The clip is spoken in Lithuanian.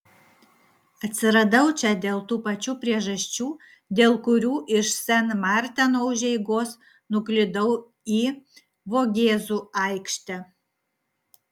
atsiradau čia dėl tų pačių priežasčių dėl kurių iš sen marteno užeigos nuklydau į vogėzų aikštę